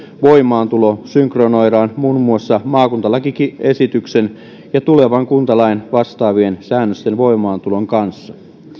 voimaantulo synkronoidaan muun muassa maakuntalakiesityksen ja tulevan kuntalain vastaavien säännösten voimaantulon kanssa